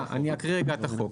אני אקריא רגע את החוק,